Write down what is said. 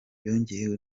yongeye